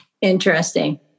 Interesting